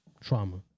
trauma